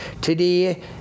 Today